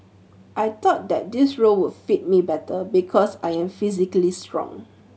I thought that this role would fit me better because I am physically strong